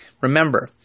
Remember